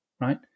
right